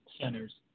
centers